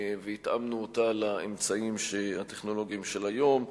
והתאמנו אותה לאמצעים הטכנולוגיים של היום.